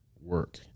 work